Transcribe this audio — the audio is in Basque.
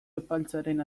epaltzaren